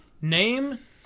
Name